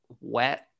wet